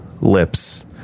lips